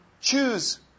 choose